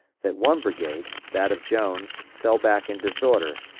that one brigade, that of jones, fell back in disorder,